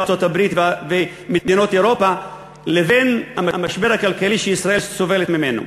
ארצות-הברית ומדינות אירופה לבין המשבר הכלכלי שישראל סובלת ממנו.